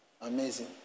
Amazing